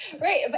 Right